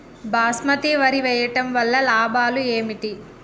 బాస్మతి వరి వేయటం వల్ల లాభాలు ఏమిటి?